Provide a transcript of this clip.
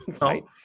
Right